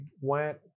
went